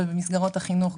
במסגרות החינוך,